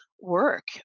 work